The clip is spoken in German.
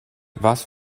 was